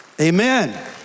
Amen